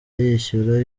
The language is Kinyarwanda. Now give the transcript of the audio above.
yishyura